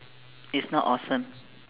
is not awesome